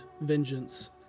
vengeance